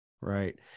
right